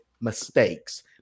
mistakes